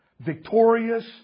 victorious